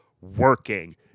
working